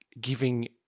giving